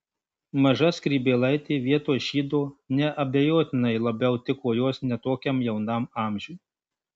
maža skrybėlaitė vietoj šydo neabejotinai labiau tiko jos ne tokiam jaunam amžiui